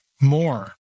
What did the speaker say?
more